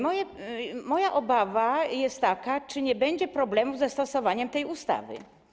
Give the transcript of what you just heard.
Moja obawa jest taka: Czy nie będzie problemu z zastosowaniem tej ustawy?